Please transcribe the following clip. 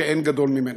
שאין גדול ממנו.